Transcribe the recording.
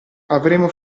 avremo